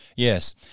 Yes